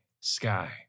sky